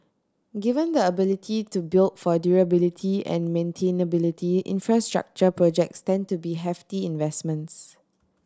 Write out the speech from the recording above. given the ability to build for durability and maintainability infrastructure projects tend to be hefty investments